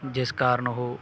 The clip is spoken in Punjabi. ਜਿਸ ਕਾਰਨ ਉਹ